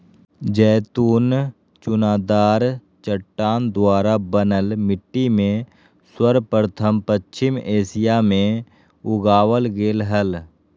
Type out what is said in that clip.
जैतून चुनादार चट्टान द्वारा बनल मिट्टी में सर्वप्रथम पश्चिम एशिया मे उगावल गेल हल